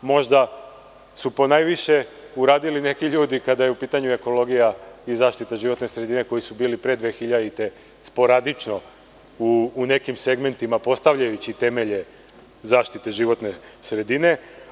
Možda su ponajviše uradili neki ljudi kada je u pitanju ekologija i zaštita životne sredine koji su bili pre 2000. godine sporadično u nekim segmentima, postavljajući temelje zaštite životne sredine.